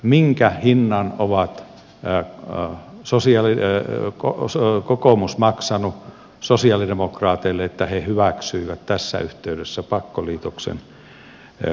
minkä hinnan on kokoomus maksanut sosialidemokraateille että he hyväksyivät tässä yhteydessä pakkoliitoksen mahdollisuuden